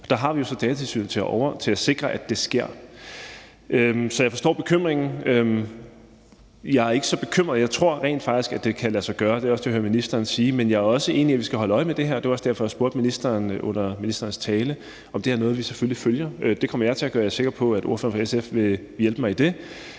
der har vi så Datatilsynet til at sikre, at det sker. Jeg forstår bekymringen. Jeg er ikke selv så bekymret. Jeg tror rent faktisk, at det kan lade sig gøre, og det er også det, jeg hører ministeren sige. Men jeg er også enig i, at vi skal holde øje med det her, og det var også derfor, jeg spurgte ministeren om det efter ministerens tale. Det her er noget, vi selvfølgelig følger. Det kommer jeg til at gøre, og jeg er sikker på, at ordføreren for SF vil hjælpe mig i det,